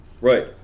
Right